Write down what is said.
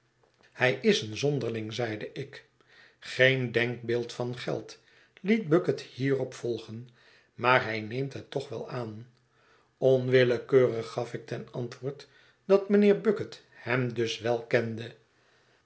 hij is een zonderling zeide ik geen denkbeeld van geld liet bucket hierop volgen maar hij neemt het toch wel aan onwillekeurig gaf ik ten antwoord dat mijnheer bucket hem dus wel kende